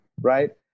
right